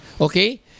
Okay